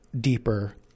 deeper